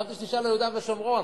על יהודה ושומרון,